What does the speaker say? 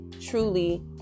truly